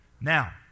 Now